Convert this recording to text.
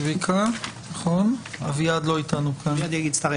כפי שכבר דיברנו בדיון הקודם, וגם כפי שמשתקף